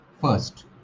First